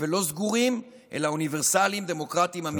ולא סגורים, אלא אוניברסליים, דמוקרטים אמיתיים.